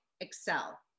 excel